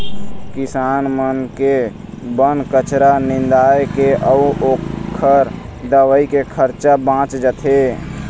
किसान मन के बन कचरा निंदाए के अउ ओखर दवई के खरचा बाच जाथे